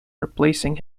replacing